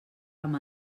amb